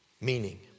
Meaning